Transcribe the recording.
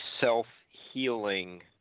self-healing